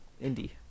Indy